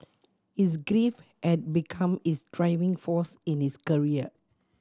his grief had become his driving force in his career